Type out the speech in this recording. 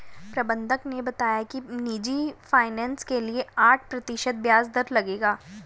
प्रबंधक ने बताया कि निजी फ़ाइनेंस के लिए आठ प्रतिशत ब्याज दर लगेगा